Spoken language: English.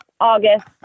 August